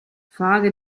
fare